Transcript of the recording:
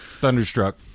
Thunderstruck